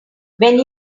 when